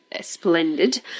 splendid